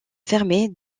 fermée